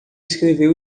escrever